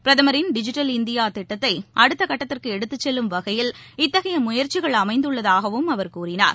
பிரதமரின் digital India திட்டத்தை அடுத்த கட்டத்திற்கு எடுத்துச் செல்லும் வகையில் இத்தகைய முயற்சிகள் அமைந்துள்ளதாகவும் அவர் கூறினார்